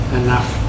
enough